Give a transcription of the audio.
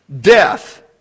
death